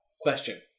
Question